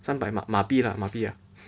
三百马币啦马币啦